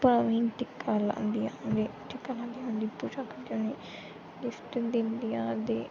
भ्राएं ई टिक्का लांदियां ते टिक्का लांदियां उं'दी पूजा करदियां उ'नें ई गिफ्ट दिंदियां ते